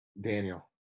Daniel